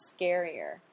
scarier